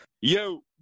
Yo